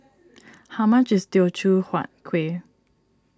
how much is Teochew Huat Kueh